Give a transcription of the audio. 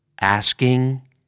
asking